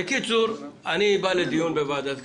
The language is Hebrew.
בקיצור, אני בא לדיון אחר בוועדת הכספים,